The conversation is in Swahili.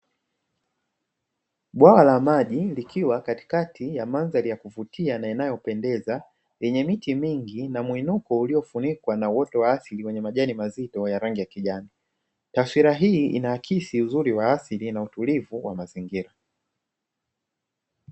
Bwawa la maji likiwa katikati ya mandhari ya kuvutia na inayopendeza lenye miti mingi na mwinuko uliofunikwa na uoto wa asili wenye majani mazito ya rangi ya kijani. Taswira hii inaakisi uzuri wa asili na utulivu wa mazingira.